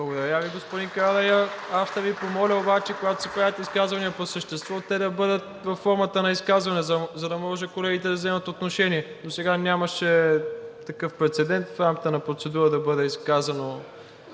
Благодаря Ви, господин Карадайъ. Аз ще Ви помоля обаче, когато се правят изказвания по същество, те да бъдат във формата на изказване, за да може колегите да вземат отношение. Досега нямаше такъв прецедент в рамките на процедура да бъде изказано